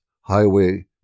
Highway